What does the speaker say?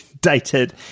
dated